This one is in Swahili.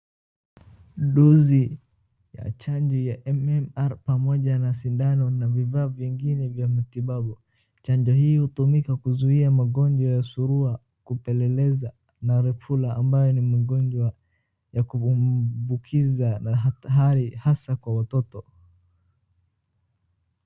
Dozi ya chanjo ya MMR pamoja na sindano na vifaa vingine vya matibabu. Chanjoo hii hutumika kuzuia magonjwa ya surua, kupeleleza na repula ambaye ni magonjwa ya kuambukiza na hasa kwa watoto.